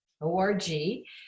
O-R-G